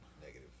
Negative